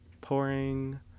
pouring